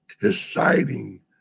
deciding